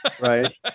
Right